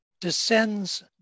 descends